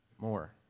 more